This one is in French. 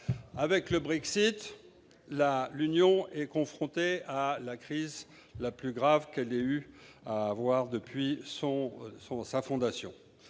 Avec le Brexit, l'Union est confrontée à la crise la plus grave qu'elle ait eu à connaître depuis sa fondation.